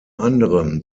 anderem